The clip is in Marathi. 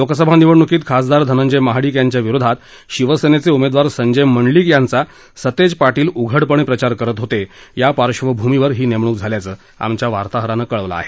लोकसभा निवडणुकीत खासदार धनंजय महाडिक यांच्या विरोधात शिवसेनेचे उमेदवार संजय मंडलिक यांचा सतेज पार्पील उघड प्रचार करत होते या पार्श्वभूमीवर ही नेमणूक झाल्याचं आमच्या वार्ताहरानं कळवलं आहे